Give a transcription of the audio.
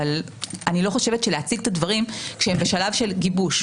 אבל אני לא חושבת שלהציג את הדברים כשהם בשלב של גיבוש,